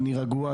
אני רגוע,